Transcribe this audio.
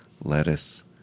lettuce